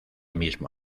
mismo